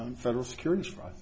federal securities fraud